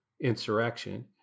insurrection